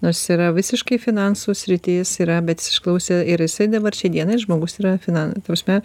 nors yra visiškai finansų srities yra bet jis išklausė ir jisai dabar šiai dienai žmogus yra finan ta prasme